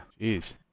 Jeez